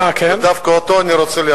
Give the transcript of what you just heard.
ודווקא אותו אני רוצה,